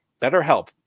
betterhelp